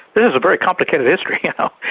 this is a very complicated history, you know.